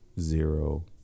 zero